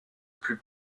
plus